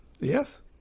Yes